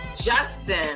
Justin